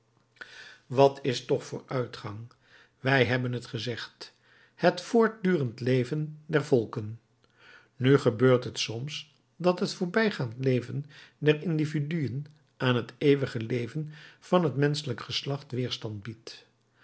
wat is toch vooruitgang wij hebben het gezegd het voortdurend leven der volken nu gebeurt het soms dat het voorbijgaand leven der individuen aan het eeuwige leven van het menschelijk geslacht weerstand biedt